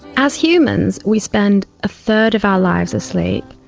as humans we spend a third of our lives asleep.